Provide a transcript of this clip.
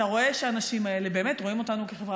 אתה רואה שהאנשים האלה רואים אותנו כחברה